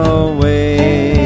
away